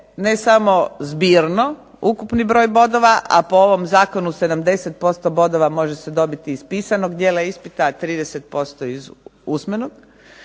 ne samo zbirno ukupni broj bodova, a po ovom zakonu 70% bodova može se dobiti iz pisanog dijela ispita, 30% iz usmenog,